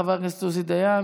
חבר הכנסת עוזי דיין,